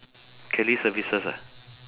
kelly services ah